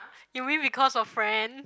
you mean because of friend